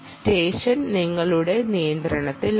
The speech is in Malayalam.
സെഷൻ നിങ്ങളുടെ നിയന്ത്രണത്തിലാണ്